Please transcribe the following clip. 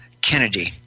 Kennedy